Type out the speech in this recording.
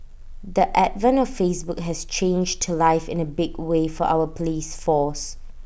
the advent of Facebook has changed to life in A big way for our Police force